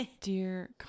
Dear